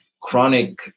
chronic